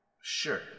Sure